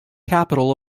capital